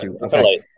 Okay